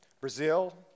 Brazil